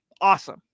awesome